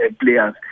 players